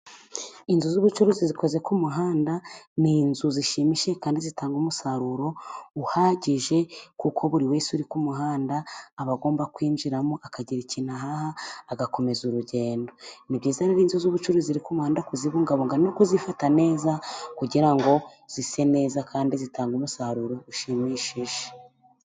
Inzu z'ubucuruzi zikoze ku muhanda, ni inzu zishimishije kandi zitanga umusaruro uhagije, kuko buri wese uri ku muhanda aba agomba kwinjiramo akagira ikintu ahaha agakomeza urugendo. Ni byiza rero inzu z'ubucuruzi ziri ku muhanda kuzibungabunga no kuzifata neza, kugira ngo zise neza kandi zitange umusaruro ushimishije.